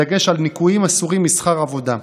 בדגש על ניכויים אסורים משכר עבודה.